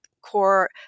core